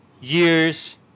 years